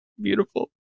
Beautiful